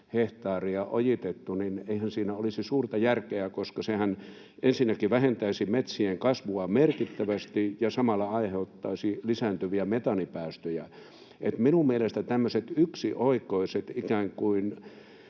hehtaaria ojitettu — niin eihän siinä olisi suurta järkeä, koska sehän ensinnäkin vähentäisi metsien kasvua merkittävästi ja samalla aiheuttaisi lisääntyviä metaanipäästöjä. Minun mielestäni tämmöiset yksioikoiset, ikään kuin